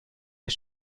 ist